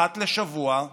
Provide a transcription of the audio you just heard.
אחת לשבוע,